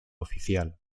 oficial